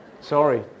Sorry